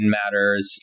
matters